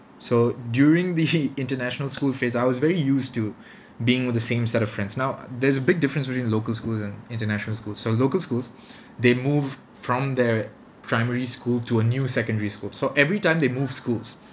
so during the international school phase I was very used to being with the same set of friends now there's a big difference between local schools and international schools so local schools they move from their primary school to a new secondary school so every time they move schools